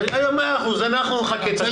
מאה אחוז, אנחנו נחכה, תשמיע.